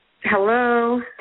Hello